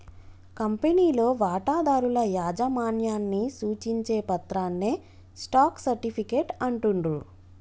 కంపెనీలో వాటాదారుల యాజమాన్యాన్ని సూచించే పత్రాన్నే స్టాక్ సర్టిఫికేట్ అంటుండ్రు